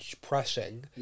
pressing